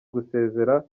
gusezera